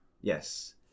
Yes